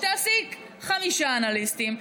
שתעסיק חמישה אנליסטים,